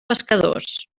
pescadors